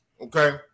okay